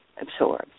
absorbed